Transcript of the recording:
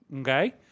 Okay